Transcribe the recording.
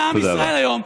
מעם ישראל היום,